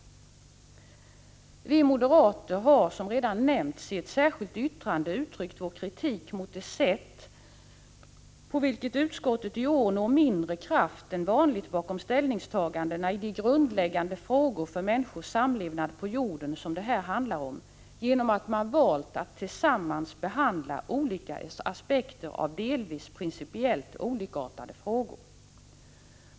Vi moderater har i ett särskilt yttrande uttryckt vår kritik mot det sätt på vilket utskottet i år når mindre kraft än vanligt bakom ställningstagandena i de grundläggande frågor för människors samlevnad på jorden som det här handlar om genom att man valt att tillsammans behandla olika aspekter av delvis principiellt olikartade frågor.